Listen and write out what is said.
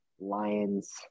Lions